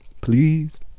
Please